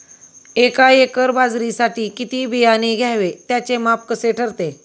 एका एकर बाजरीसाठी किती बियाणे घ्यावे? त्याचे माप कसे ठरते?